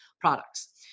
products